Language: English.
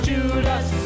Judas